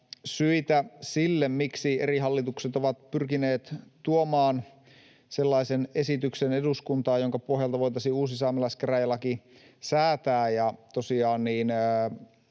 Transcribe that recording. syitä siihen, miksi eri hallitukset ovat pyrkineet tuomaan sellaisen esityksen eduskuntaan, jonka pohjalta voitaisiin uusi saamelaiskäräjälaki säätää.